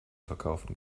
verkauften